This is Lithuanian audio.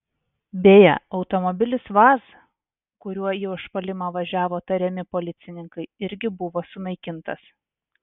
beje automobilis vaz kuriuo į užpuolimą važiavo tariami policininkai irgi buvo sunaikintas